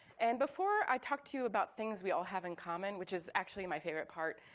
and before i talk to you about things we all have in common, which is actually my favorite part,